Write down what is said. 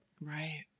Right